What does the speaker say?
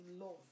love